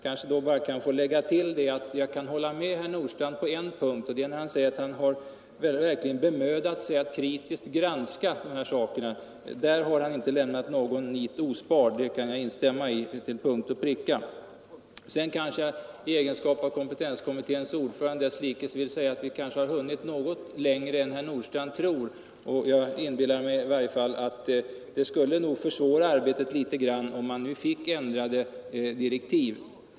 Jag ber i alla fall att få tillägga att jag kan hålla med herr Nordstrandh på en punkt, nämligen när han säger att han bemödat sig att kritiskt granska dessa saker. Därvidlag har han inte sparat någon möda. Det kan jag till punkt och pricka instämma i. Sedan vill jag i egenskap av kompetenskommitténs ordförande säga att vi kanske hunnit något längre än herr Nordstrandh föreställer sig, och jag tror att det skulle försvåra arbetet något om man nu skulle få ändrade direktiv.